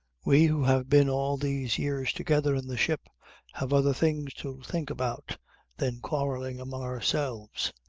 we who have been all these years together in the ship have other things to think about than quarrelling among ourselves.